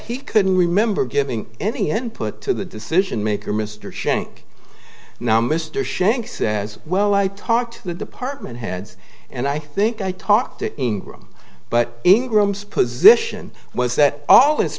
he couldn't remember giving any input to the decision maker mr shank now mr shank says well i talked to the department heads and i think i talked to ingram but ingram's position was that all this